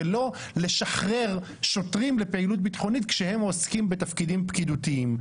ולא לשחרר שוטרים לפעילות ביטחונית כשהם עוסקים בתפקידים פקידותיים.